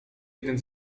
jeden